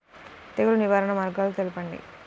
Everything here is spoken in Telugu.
తెగులు నివారణ మార్గాలు తెలపండి?